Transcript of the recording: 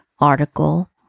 article